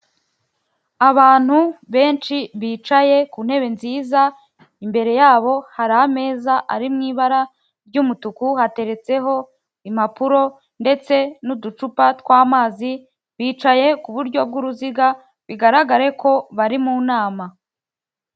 Abantu benshi bicaye ku ntebe nziza imbere yabo hari ameza ari mu ibara ry'umutuku, hateretseho impapuro ndetse n'uducupa tw'amazi, bicaye ku buryo bw'uruziga bigaragare ko bari mu nama.